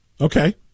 Okay